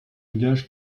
gage